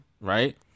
Right